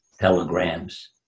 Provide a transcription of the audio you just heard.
telegrams